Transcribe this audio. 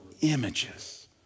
images